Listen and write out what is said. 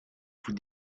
vous